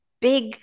big